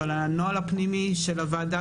אבל הנוהל הפנימי של הוועדה,